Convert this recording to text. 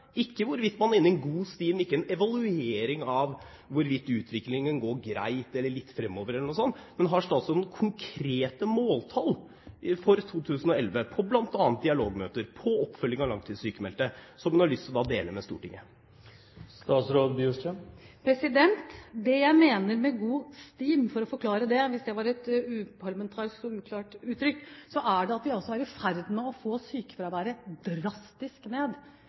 ikke hvorvidt man er inne i en god stim, ikke en evaluering av hvorvidt utviklingen går greit eller litt fremover? Har statsråden konkrete måltall for 2011, bl.a. på dialogmøter, på oppfølging av langtidssykemeldte, som hun har lyst til å dele med Stortinget? Det jeg mener med god stim, for å forklare det, hvis det var et uparlamentarisk og uklart uttrykk, er at vi er i ferd med å få sykefraværet drastisk ned.